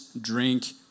drink